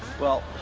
well,